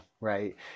Right